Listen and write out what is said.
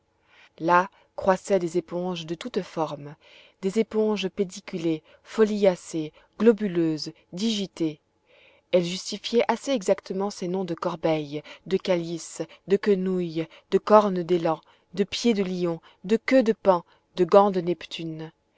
là croissaient des éponges de toutes formes des éponges pédiculées foliacées globuleuses digitées elles justifiaient assez exactement ces noms de corbeilles de calices de quenouilles de cornes d'élan de pied de lion de queue de paon de gant de neptune